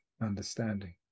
understanding